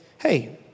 hey